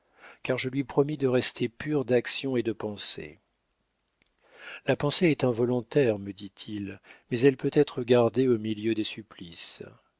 car je lui promis de rester pure d'action et de pensée la pensée est involontaire me dit-il mais elle peut être gardée au milieu des supplices